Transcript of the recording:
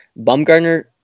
Bumgarner